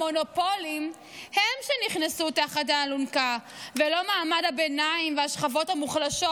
המונופולים הם שנכנסים תחת האלונקה ולא מעמד הביניים והשכבות המוחלשות,